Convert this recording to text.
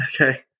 Okay